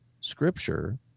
scripture